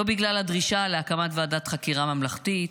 לא בגלל הדרישה להקמת ועדת חקירה ממלכתית,